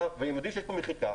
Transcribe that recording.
והוא יודעים שיש לו מחיקה,